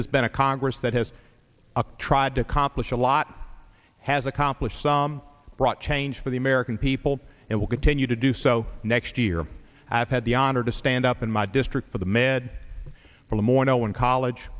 has been a congress that has a tried to accomplish a lot has accomplished some broad change for the american people and will continue to do so next year i've had the honor to stand up in my district for the med for the more no one college